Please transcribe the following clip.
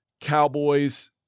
Cowboys